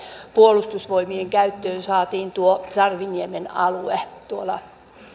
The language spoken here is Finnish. puolustusvoimien käyttöön saatiin sarviniemen alue tuolla